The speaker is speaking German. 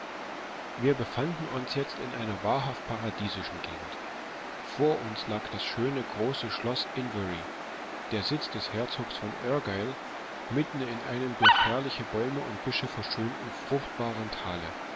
wir befanden uns jetzt in einer wahrhaft paradiesischen gegend vor uns lag das schöne große schloß inverary der sitz des herzogs von argyle mitten in einem durch herrliche bäume und büsche verschönten fruchtbaren tale